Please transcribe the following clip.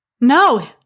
No